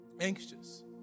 anxious